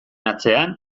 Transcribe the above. atzean